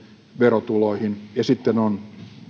verotuloihin ja sitten on